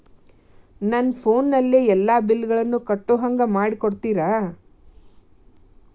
ನನ್ನ ಫೋನಿನಲ್ಲೇ ಎಲ್ಲಾ ಬಿಲ್ಲುಗಳನ್ನೂ ಕಟ್ಟೋ ಹಂಗ ಮಾಡಿಕೊಡ್ತೇರಾ?